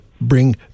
bring